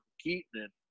Keaton